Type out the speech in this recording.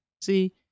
See